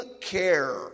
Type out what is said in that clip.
care